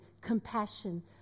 compassion